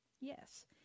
Yes